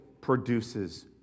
produces